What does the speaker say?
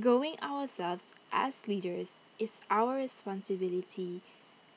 growing ourselves as leaders is our responsibility